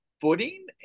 footing